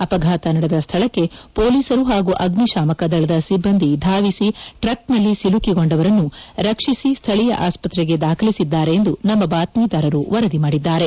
ಅಪಘಾತ ನಡೆದ ಸ್ಥಳಕ್ಕೆ ಪೊಲೀಸರು ಹಾಗೂ ಆಗ್ನಿಶಾಮಕ ದಳದ ಸಿಬ್ಲಂದಿ ಧಾವಿಸಿ ಟ್ರಿಕ್ನಲ್ಲಿ ಸಿಲುಕಿಗೊಂಡವರನ್ನು ರಕ್ಷಿಸಿ ಸ್ಥಳೀಯ ಆಸ್ಪತ್ರೆಗೆ ದಾಖಲಿಸಿದ್ದಾರೆ ಎಂದು ನಮ್ನ ಬಾತ್ನೀದಾರರು ವರದಿ ಮಾಡಿದ್ದಾರೆ